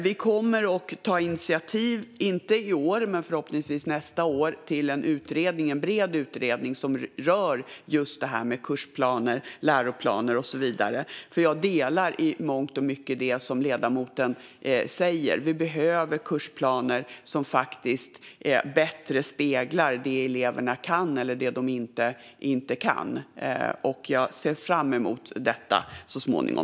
Vi kommer att ta initiativ, inte i år men förhoppningsvis nästa år, till en bred utredning som rör kursplaner och läroplaner. Jag instämmer i mångt och mycket i det som ledamoten säger, till exempel att vi behöver kursplaner som faktiskt bättre speglar det eleverna kan eller inte kan. Jag ser fram emot detta så småningom.